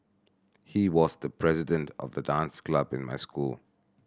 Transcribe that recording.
he was the president of the dance club in my school